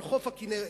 על חוף הכינרת.